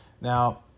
Now